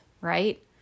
right